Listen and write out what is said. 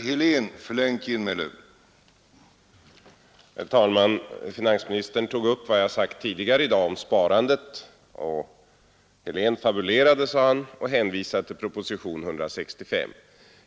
Herr talman! Finansministern tog upp vad jag sagt tidigare i dag om sparandet. Helén fabulerade, sade han och hänvisade till propositionen 165.